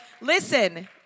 Listen